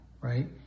right